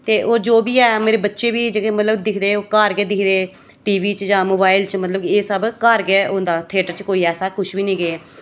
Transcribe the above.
ते ओह् जो बी ऐ मतलब मेरे बच्चे बी दिखदे ओह् घर गै दिखदे टीवी च जां मोबाइल च मतलब एह् सब घर गै होंदा थिएटर च कोई ऐसा किश बी नेईं ऐ